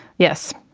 yes.